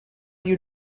you